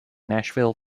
nashville